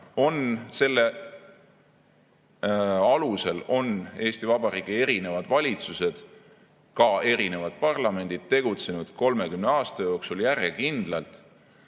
Ja selle alusel on Eesti Vabariigi erinevad valitsused, ka erinevad parlamendid tegutsenud 30 aasta jooksul järjekindlalt.